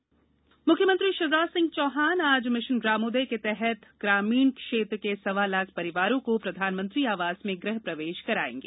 mission Gramoday मुख्यमंत्री शिवराज सिंह चौहान आज mission Gramoday के तहत ग्रामीण क्षेत्र के सवा लाख परिवारों को प्रधानमंत्री आवास में गृह प्रवेश कराएँगे